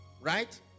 right